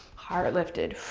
heart lifted.